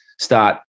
start